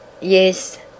Yes